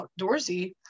outdoorsy